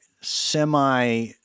semi